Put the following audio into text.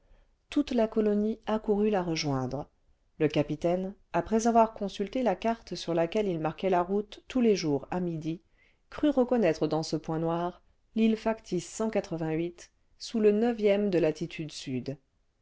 toute la colonie accourut la rejoindre le capitaine après avoir consulté la carte sur laquelle il marquait la route tous les jours à midi crut reconnaître dans ce point noir l'île factice sous le de latitude sud